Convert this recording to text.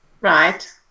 Right